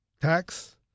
tax